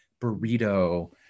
burrito